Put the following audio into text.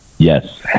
Yes